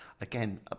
again